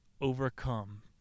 overcome